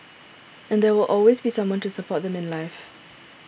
and there will always be someone to support them in life